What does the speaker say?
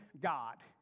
God